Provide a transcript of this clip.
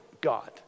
God